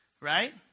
right